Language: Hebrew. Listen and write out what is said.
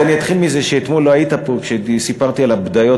אז אני אתחיל מזה שאתמול לא היית פה כשסיפרתי על הבדיות,